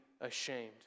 ashamed